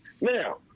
Now